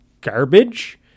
garbage